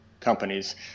companies